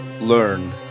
learn